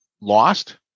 lost